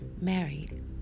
married